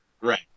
Right